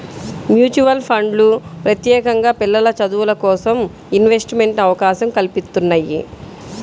mutual ఫండ్లు ప్రత్యేకంగా పిల్లల చదువులకోసం ఇన్వెస్ట్మెంట్ అవకాశం కల్పిత్తున్నయ్యి